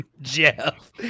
Jeff